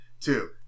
Two